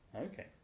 Okay